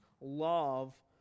love